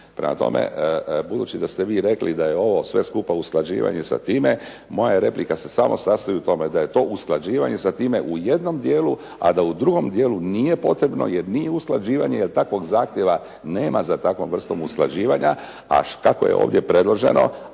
Prema tome, budući da ste vi rekli da je ovo sve skupa usklađivanje sa time, moja replika se samo sastoji u tome da je to usklađivanje sa time u jednom dijelu, a da u drugom dijelu nije potrebno jer nije usklađivanje jer takvog zahtjeva nema za takvom vrstom usklađivanja, a kako je ovdje predloženo,